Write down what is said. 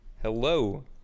Hello